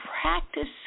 practice